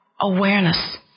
awareness